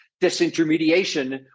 disintermediation